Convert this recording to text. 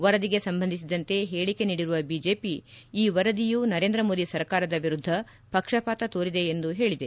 ವರದಿಗೆ ಸಂಬಂಧಿಸಿದಂತೆ ಹೇಳಿಕೆ ನೀಡಿರುವ ಬಿಜೆಪಿ ಈ ವರದಿಯು ನರೇಂದ್ರ ಮೋದಿ ಸರ್ಕಾರದ ವಿರುದ್ದ ಪಕ್ಷಪಾತ ತೋರಿದೆ ಎಂದು ಹೇಳಿದೆ